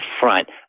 front